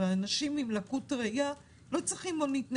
האנשים עם לקות ראייה לא צריכים מונית נגישה,